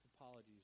apologies